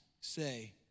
say